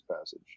passage